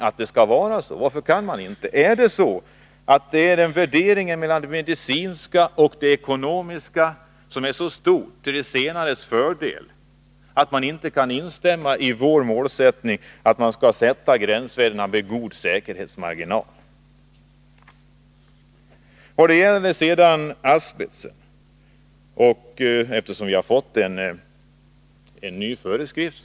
Beror det på en värdering av de medicinska och ekonomiska aspekterna? Utfaller värderingen i så hög grad till de senares fördel att utskottet inte kan instämma i vår målsättning att gränsvärderna skall sättas med god säkerhetsmarginal? När det gäller asbest har vi fått en ny föreskrift.